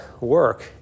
work